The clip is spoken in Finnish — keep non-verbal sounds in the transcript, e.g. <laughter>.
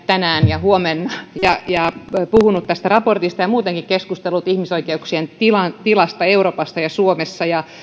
<unintelligible> tänään ja huomenna ja on puhunut tästä raportista ja muutenkin keskustellut ihmisoikeuksien tilasta tilasta euroopassa ja suomessa